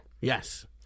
Yes